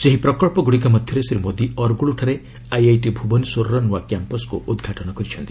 ସେହି ପ୍ରକଳ୍ପଗୁଡିକ ମଧ୍ୟରେ ଶ୍ରୀ ମୋଦୀ ଅରଗୁଳଠାରେ ଆଇଆଇଟି ଭୁବନେଶ୍ୱରର ନୂଆ କ୍ୟାମ୍ପସକୁ ଉଦ୍ଘାଟନ କରିଛନ୍ତି